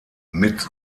mit